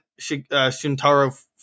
Shuntaro